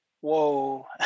Whoa